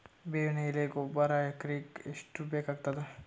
ಬೇವಿನ ಎಲೆ ಗೊಬರಾ ಎಕರೆಗ್ ಎಷ್ಟು ಬೇಕಗತಾದ?